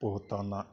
पोहताना